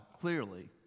clearly